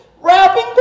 wrapping